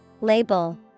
Label